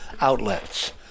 outlets